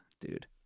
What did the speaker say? dude